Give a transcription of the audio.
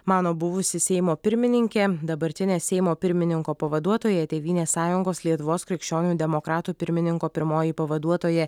mano buvusi seimo pirmininkė dabartinė seimo pirmininko pavaduotoja tėvynės sąjungos lietuvos krikščionių demokratų pirmininko pirmoji pavaduotoja